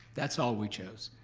that's all we chose.